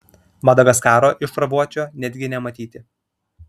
madagaskaro iš šarvuočio netgi nematyti